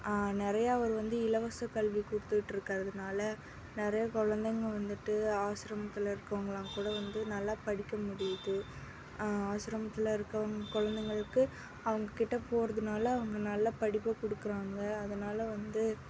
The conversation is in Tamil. நிறையா அவர் வந்து இலவசக்கல்வி கொடுத்துட்ருக்குறதுனால நிறையா குழந்தைங்கள் வந்துட்டு ஆஸ்ரமத்தில் இருக்கிறவங்கலாம் கூட வந்து நல்லா படிக்க முடியுது ஆஸ்ரமத்தில் இருக்கிற குழந்தைங்களுக்கு அவங்க கிட்டே போகிறதுனால அவங்க நல்லா படிப்பை கொடுக்குறாங்க அதனால் வந்து